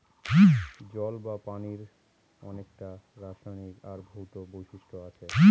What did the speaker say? জল বা পানির অনেককটা রাসায়নিক আর ভৌতিক বৈশিষ্ট্য আছে